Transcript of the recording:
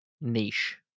niche